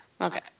Okay